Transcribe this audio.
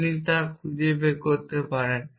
আপনি তা খুঁজে বের করতে পারেন